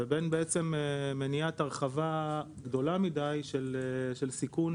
ובין מניעת הרחבה גדולה מדי של סיכון